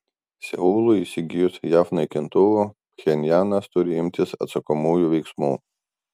seului įsigijus jav naikintuvų pchenjanas turi imtis atsakomųjų veiksmų